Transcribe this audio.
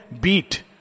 beat